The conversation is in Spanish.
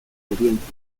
audiencia